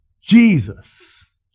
Jesus